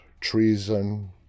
treason